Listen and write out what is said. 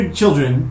children